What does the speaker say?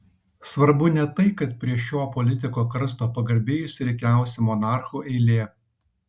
svarbu ne tai kad prie šio politiko karsto pagarbiai išsirikiavusi monarchų eilė